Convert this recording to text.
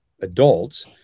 adults